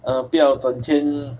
err 不要整天